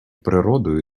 природою